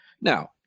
Now